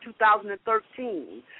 2013